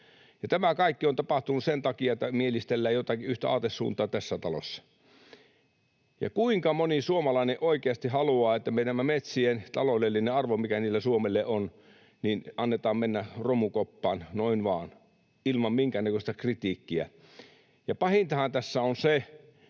Tämä kaikki on tapahtunut sen takia, että mielistellään jotakin yhtä aatesuuntaa tässä talossa. Kuinka moni suomalainen oikeasti haluaa, että sen meidän metsien taloudellisen arvon, mikä niillä Suomelle on, annetaan mennä romukoppaan noin vaan ilman minkäännäköistä kritiikkiä? Ja pahintahan tässä on se,